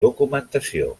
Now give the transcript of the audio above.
documentació